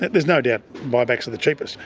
there's no doubt buybacks are the cheapest.